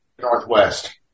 Northwest